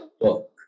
book